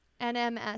nms